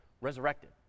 resurrected